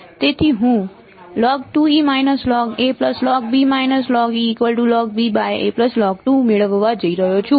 તેથી હું મેળવવા જઈ રહ્યો છું